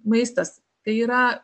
maistas tai yra